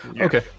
Okay